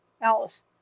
Alice